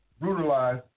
brutalized